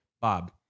Bob